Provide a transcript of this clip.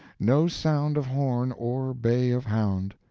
no sound of horn or bay of hound.